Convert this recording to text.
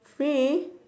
free